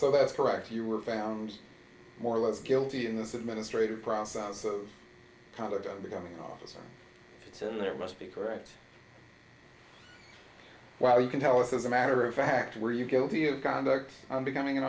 so that's correct you were found more or less guilty in this administrative process of conduct unbecoming an officer so there must be correct while you can tell us as a matter of fact were you guilty of conduct unbecoming an